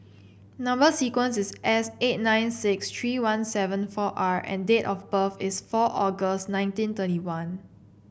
number sequence is S eight nine six three one seven four R and date of birth is four August nineteen thirty one